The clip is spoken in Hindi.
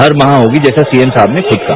हर माह होगी जैसा सीएम साहब ने खुद कहा